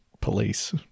police